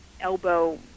elbow